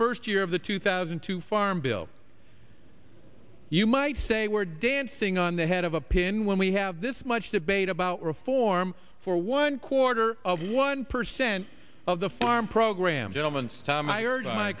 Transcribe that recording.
first year of the two thousand two farm bill you might say we're dancing on the head of a pin when we have this much debate about reform for one quarter of one percent of the farm program gentleman's time i